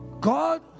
God